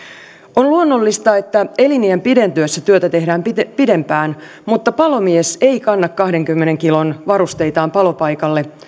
on luonnollista että eliniän pidentyessä työtä tehdään pidempään mutta palomies ei kanna kahdenkymmenen kilon varusteitaan palopaikalle